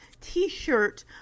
t-shirt